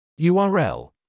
URL